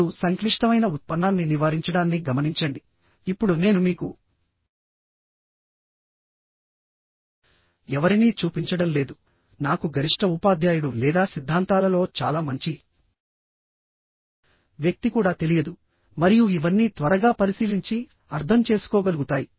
ఇప్పుడు సంక్లిష్టమైన ఉత్పన్నాన్ని నివారించడాన్ని గమనించండిఇప్పుడు నేను మీకు ఎవరినీ చూపించడం లేదు నాకు గరిష్ట ఉపాధ్యాయుడు లేదా సిద్ధాంతాలలో చాలా మంచి వ్యక్తి కూడా తెలియదు మరియు ఇవన్నీ త్వరగా పరిశీలించి అర్థం చేసుకోగలుగుతాయి